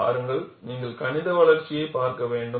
பாருங்கள் நீங்கள் கணித வளர்ச்சியைப் பார்க்க வேண்டும்